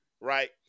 right